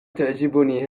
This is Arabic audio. تعجبني